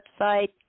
website